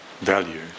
value